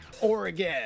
Oregon